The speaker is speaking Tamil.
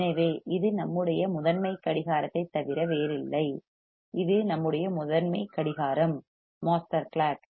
எனவே இது நம்முடைய முதன்மை கடிகாரத்தைத் தவிர வேறில்லை இது நம்முடைய முதன்மை கடிகாரம் மாஸ்டர் கிளாக்